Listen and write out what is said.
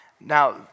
Now